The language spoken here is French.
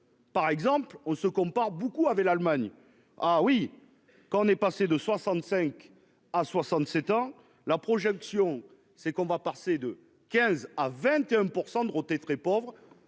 Par exemple on se compare beaucoup avec l'Allemagne. Ah oui quand on est passé de 65 à 67 ans la projection c'est qu'on va passer de 15 à 21%. Dorothée très pauvre